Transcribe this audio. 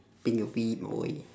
boy